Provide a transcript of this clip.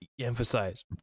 emphasize